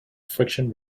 friction